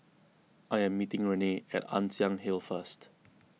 I am meeting Renee at Ann Siang Hill first